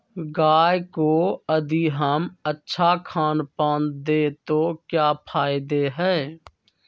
गाय को यदि हम अच्छा खानपान दें तो क्या फायदे हैं?